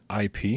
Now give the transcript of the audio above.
IP